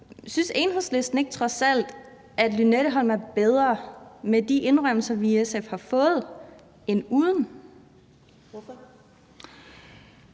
Synes Enhedslisten trods alt ikke, at Lynetteholm er bedre med de indrømmelser, vi i SF har fået, end uden?